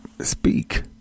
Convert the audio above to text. speak